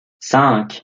cinq